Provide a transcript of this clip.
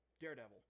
Daredevil